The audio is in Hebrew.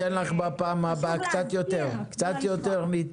ניתן לך בפעם הבאה קצת יותר, מאיה.